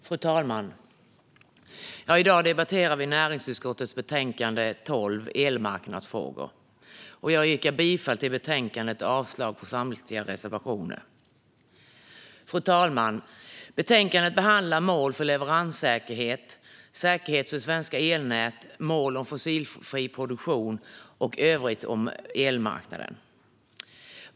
Fru talman! I dag debatterar vi näringsutskottets betänkande NU12 Elmarknadsfrågor . Jag yrkar bifall till utskottets förslag i betänkandet och avslag på samtliga reservationer. Fru talman! Betänkandet behandlar mål för leveranssäkerhet, säkerhet för svenska elnät, mål om fossilfri produktion och övrigt om elmarknaden.